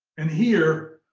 and here,